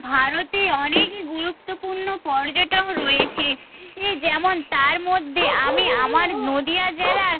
ভারতে অনেক গুরুত্বপূর্ণ পর্যটক রয়েছে এ যেমন তার মধ্যে আমি আমার নদীয়া জেলার